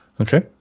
Okay